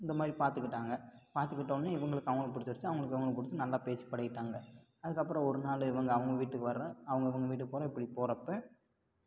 இந்த மாதிரி பார்த்துக்கிட்டாங்க பார்த்துக்கிட்டோனையே இவர்களுக்கு அவங்களை பிடிச்சிடிச்சி அவர்களுக்கு இவங்களை பிடிச்சி நல்லா பேசி பழகிட்டாங்க அதுக்கப்புறம் ஒரு நாள் இவங்க அவங்க வீட்டுக்கு வரோம் அவங்க இவங்க வீட்டுக்கு போகிறோம் இப்படி போகிறப்ப